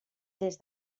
des